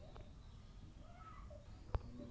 রাজ্য সরকারের কি কি শস্য বিমা রয়েছে?